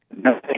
No